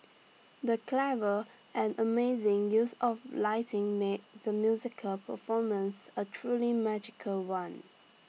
the clever and amazing use of lighting made the musical performance A truly magical one